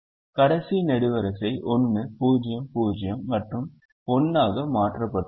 கடைசி நெடுவரிசை 1 0 0 மற்றும் 1 ஆக மாற்றப்பட்டுள்ளது